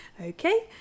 okay